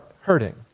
hurting